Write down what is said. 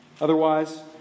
Otherwise